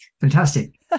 Fantastic